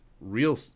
real